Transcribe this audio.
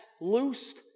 loosed